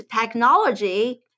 technology